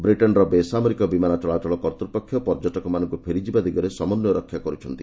ବ୍ରିଟେନ୍ର ବେସାମରିକ ବିମାନ ଚଳାଚଳ କର୍ତ୍ତୃପକ୍ଷ ପର୍ଯ୍ୟଟକମାନଙ୍କୁ ଫେରିଯିବା ଦିଗରେ ସମନ୍ଧୟ ରକ୍ଷା କରୁଛନ୍ତି